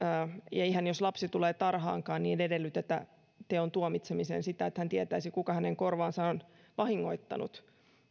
eihän silloinkaan jos lapsi tulee tarhaan edellytetä teon tuomitsemiseksi sitä että hän tietäisi kuka hänen korvaansa on vahingoittanut